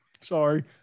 Sorry